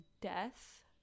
death